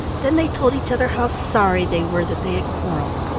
then they told each other how sorry they were that they had quarrelled,